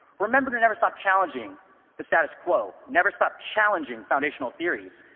remember to never stop challenging the status quo. never stop challenging foundational theories.